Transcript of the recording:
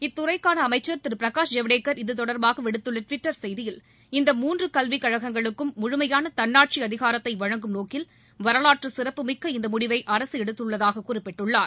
இத்துறைக்கான அமைச்சர் திரு பிரகாஷ் ஐவடேக்கர் இதுதொடர்பாக விடுத்துள்ள டுவிட்டர் செய்தியில் இந்த மூன்று கல்வி கழகங்களுக்கும் முழுமையான தன்னாட்சி அதிகாரத்தை வழங்கும் நோக்கில் வரலாற்று சிறப்பு மிக்க இந்த முடிவை அரசு எடுத்துள்ளதாக குறிப்பிட்டுள்ளார்